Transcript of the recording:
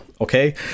okay